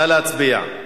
נא להצביע.